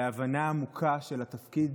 בהבנה עמוקה של התפקיד